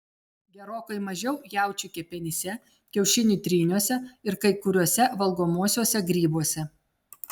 gerokai mažiau jaučių kepenyse kiaušinių tryniuose ir kai kuriuose valgomuosiuose grybuose